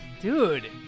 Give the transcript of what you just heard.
Dude